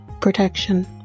protection